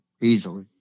easily